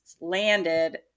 landed